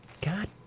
God